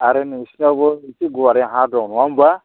आरो नोंसिनावबो एसे गुवारै हा दं नङा होनब्ला